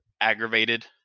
aggravated